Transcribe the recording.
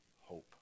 hope